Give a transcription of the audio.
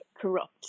corrupt